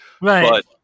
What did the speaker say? Right